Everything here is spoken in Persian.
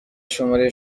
شماره